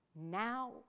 now